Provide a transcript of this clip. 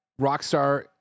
Rockstar